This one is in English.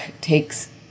takes